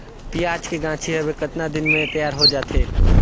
पियाज के गाछी हवे कतना दिन म तैयार हों जा थे?